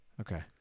Okay